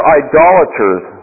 idolaters